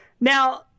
now